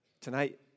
tonight